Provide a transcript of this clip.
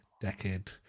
decade